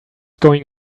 going